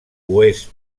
oest